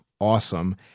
awesome